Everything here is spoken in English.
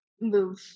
move